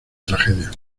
tragedia